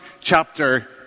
chapter